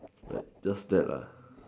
like just that lah